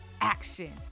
action